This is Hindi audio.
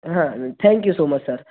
हाँ जी thank you so much sir